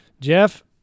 Jeff